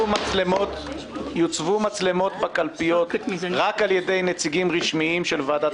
מצלמות בקלפיות רק על ידי נציגים רשמיים של ועדת